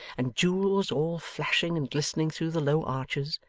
and jewels all flashing and glistening through the low arches,